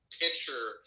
picture